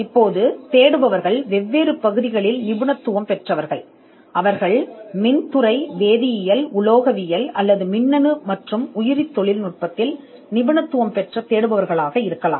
இப்போது தேடுபவர்கள் வெவ்வேறு பகுதிகளில் நிபுணத்துவம் பெற்றவர்கள் அவர்கள் மின் வேதியியல் உலோகவியல் அல்லது மின்னணு மற்றும் உயிரி தொழில்நுட்பத்தில் நிபுணத்துவம் பெற்ற தேடுபவர்களாக இருக்கலாம்